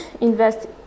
invest